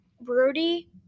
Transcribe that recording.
Brody